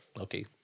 Okay